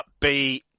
upbeat